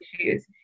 issues